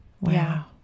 Wow